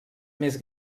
més